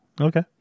Okay